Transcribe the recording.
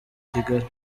kigali